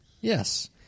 Yes